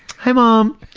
hi, mom.